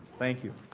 thank you.